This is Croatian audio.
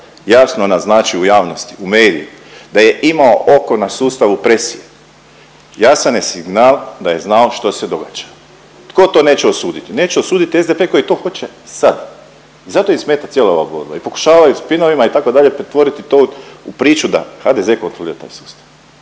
jasno naznači u javnosti, u medijima da je imao oko na sustavu u …, jasan je signal da je znao što se događa. Tko to neće osuditi? Neće osuditi SDP koji to hoće sad i zato im smeta cijela ova borba i pokušavaju spinovima itd. pretvoriti to u priču da HDZ kontrolira taj sustav